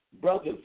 Brothers